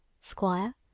squire